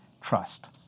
trust